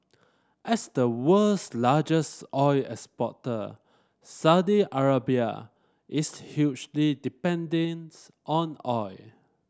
as the world's largest oil exporter Saudi Arabia is hugely on oil